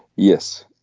yes.